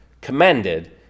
commended